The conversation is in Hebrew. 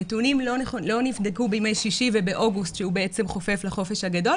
הנתונים לא נבדקו בימי שישי ובאוגוסט שהוא בעצם חופף לחופש הגדול,